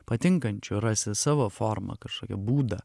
patinkančiu rasi savo formą kažkokį būdą